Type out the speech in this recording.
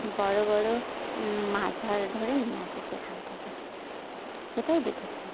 বড় বড় মাছ ধর ধরে নিয়ে আসে সেখান থেকে এটাই দেখেছি